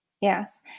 Yes